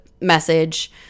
message